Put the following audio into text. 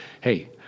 Hey